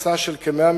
בנושא פגיעה בדגה בנמל